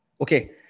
okay